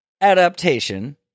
Adaptation